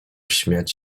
śmiać